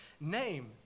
name